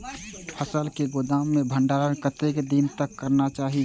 फसल के गोदाम में भंडारण कतेक दिन तक करना चाही?